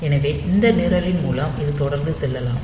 எனவே இந்த நிரலின் மூலம் இது தொடர்ந்து செல்லலாம்